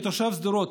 כתושב שדרות,